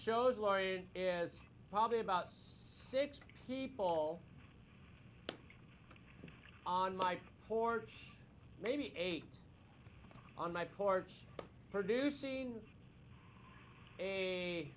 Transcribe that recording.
laurean is probably about six people on my porch maybe eight on my porch producing